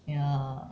ya